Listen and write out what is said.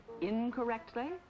incorrectly